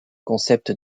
concept